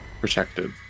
protected